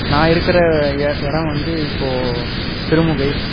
நான் இருக்கிற எ இடம் வந்து இப்போது சிறுமுகை